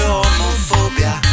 homophobia